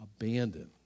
Abandoned